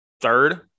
third